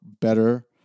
better